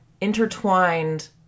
intertwined